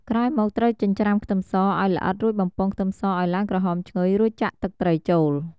ក្រោយមកត្រូវចិញ្ច្រាំខ្ទឹមស ឱ្យល្អិតរួចបំពងខ្ទឹមសឱ្យឡើងក្រហមឈ្ងុយ រួចចាក់ទឹកត្រីចូល។